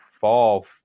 fall